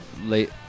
late